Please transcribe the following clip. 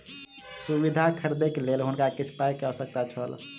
सुविधा खरीदैक लेल हुनका किछ पाई के आवश्यकता छल